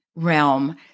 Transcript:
Realm